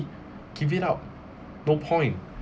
give it up no point